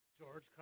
George